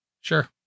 sure